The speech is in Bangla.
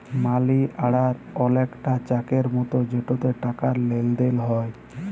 মালি অড়ার অলেকটা চ্যাকের মতো যেটতে টাকার লেলদেল হ্যয়